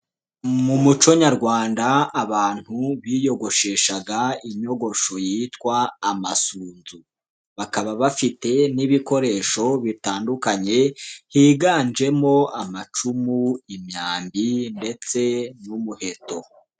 Mu muco nyarwanda abantu biyogosheshaga inyogosho yitwa amasunzu, bakaba bafite n'ibikoresho bitandukanye higanjemo amacumu, imyambi ndetse n'umuheto.